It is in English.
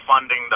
funding